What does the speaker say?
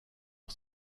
sur